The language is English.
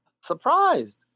surprised